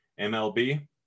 MLB